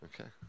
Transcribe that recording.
Okay